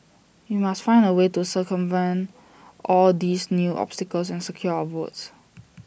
we must find A way to circumvent all these new obstacles and secure our votes